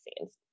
scenes